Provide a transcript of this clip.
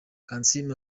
kansiime